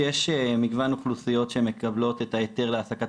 שיש מגוון אוכלוסיות שמקבלות את ההיתר להעסקת